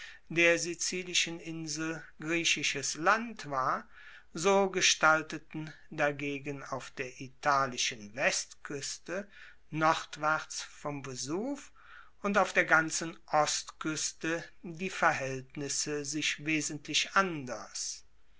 der sizilischen insel griechisches land war so gestalteten dagegen auf der italischen westkueste nordwaerts vom vesuv und auf der ganzen ostkueste die verhaeltnisse sich wesentlich anders